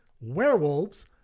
werewolves